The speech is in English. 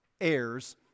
heirs